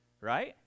Right